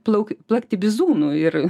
plauk plakti bizūnu ir